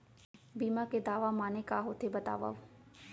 बीमा के दावा माने का होथे बतावव?